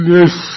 Yes